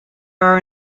are